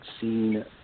seen